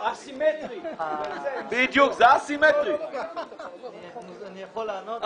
אני יכול לענות?